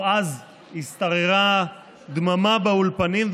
או אז השתררה דממה באולפנים,